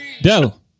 Del